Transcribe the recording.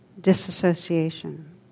disassociation